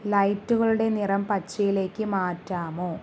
ലൈറ്റുകളുടെ നിറം പച്ചയിലേക്ക് മാറ്റാമോ